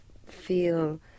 feel